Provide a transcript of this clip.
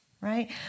right